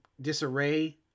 disarray